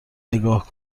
نگاه